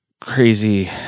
crazy